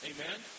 Amen